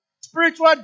spiritual